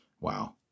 Wow